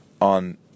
on